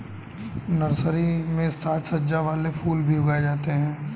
nursery में साज सज्जा वाले फूल भी उगाए जाते हैं